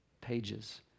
pages